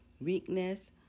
weakness